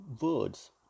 words